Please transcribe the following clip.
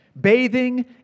Bathing